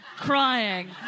crying